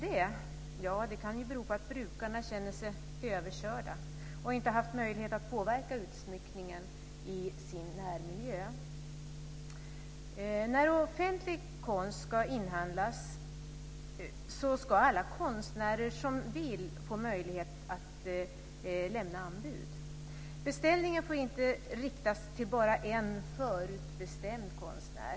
Det kan ju bero på att brukarna känner sig överkörda och inte haft möjlighet att påverka utsmyckningen i sin närmiljö. När offentlig konst ska inhandlas ska alla konstnärer som vill få möjlighet att lämna anbud. Beställningen får inte riktas till bara en förutbestämd konstnär.